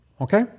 Okay